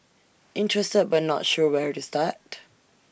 interested but not sure where to start